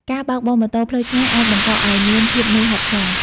ការបើកបរម៉ូតូផ្លូវឆ្ងាយអាចបង្កឱ្យមាន ភាពនឿយហត់ខ្លាំង។